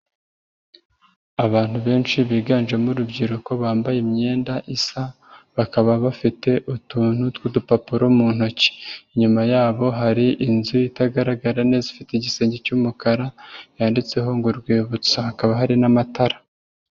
Abantu benshi biganjemo urubyiruko bambaye imyenda isa, bakaba bafite utuntu tw'udupapuro mu ntoki, inyuma yabo hari inzu itagaragara neza ifite igisenge cy'umukara yanditseho ngo Urwibutso, hakaba hari n'amatara.